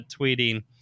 tweeting